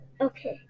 okay